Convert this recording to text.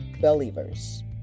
believers